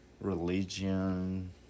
religion